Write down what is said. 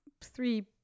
three